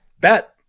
bet